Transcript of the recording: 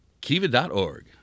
Kiva.org